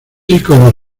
iconos